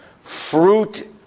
fruit